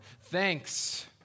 thanks